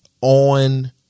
On